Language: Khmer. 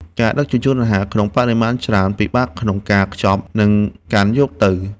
ការដឹកជញ្ជូនអាហារក្នុងបរិមាណច្រើន ពិបាកក្នុងការខ្ចប់ និងកាន់យកទៅ។